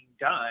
done